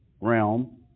realm